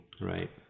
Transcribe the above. Right